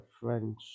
French